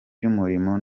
ry’umurimo